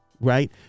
Right